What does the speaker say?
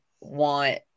want